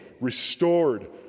restored